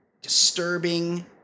disturbing